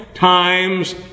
Times